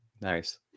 Nice